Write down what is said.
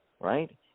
right